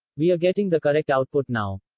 we are getting the correct output now.